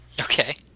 Okay